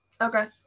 Okay